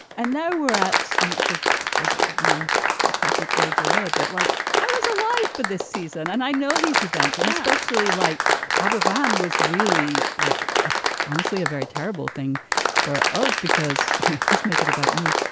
and now we're at not to give it my decrepit age away, but like i was alive for this season. and i know these events and especially like aberfan was really like a honestly a very terrible thing for us because it was make it about me.